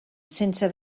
sense